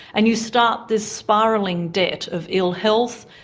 and you start this spiralling debt of ill health,